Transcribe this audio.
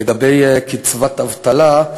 2. לגבי קצבת אבטלה: